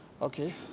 Okay